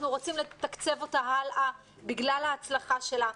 אנחנו רוצים לתקצב אותה הלאה בגלל ההצלחה שלה?